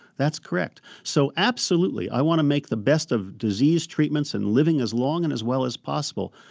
that's correct. so absolutely, i want to make the best of disease treatments and living as long and as well as possible.